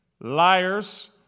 Liars